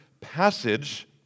passage